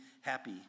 happy